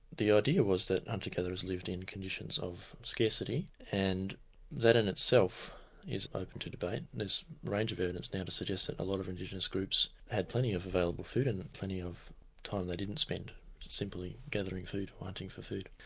the idea was that hunter gatherers lived in conditions of scarcity and that in itself is open to debate. and there's a range of evidence now to suggest that a lot of indigenous groups had plenty of available food and and plenty of time they didn't spend simply gathering food hunting for food.